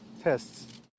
tests